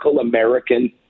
American